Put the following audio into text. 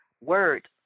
word